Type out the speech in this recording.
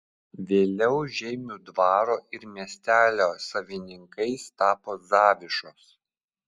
vėliau žeimių dvaro ir miestelio savininkais tapo zavišos